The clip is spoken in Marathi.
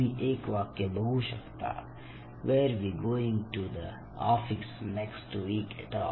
तुम्ही एक वाक्य बघू शकता where we going to the office next week at all